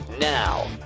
Now